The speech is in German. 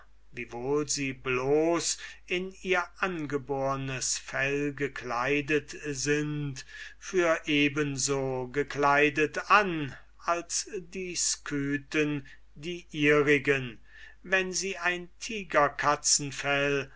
sie bloß in ihr angebornes fell gekleidet sind für eben so gekleidet an als die scythen die ihrigen wenn sie ein